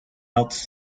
else